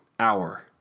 hour